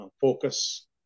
focus